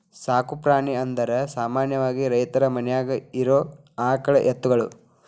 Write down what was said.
ಸಾಕು ಪ್ರಾಣಿ ಅಂದರ ಸಾಮಾನ್ಯವಾಗಿ ರೈತರ ಮನ್ಯಾಗ ಇರು ಆಕಳ ಎತ್ತುಗಳು